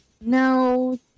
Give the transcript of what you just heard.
no